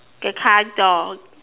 the car door